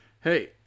Hey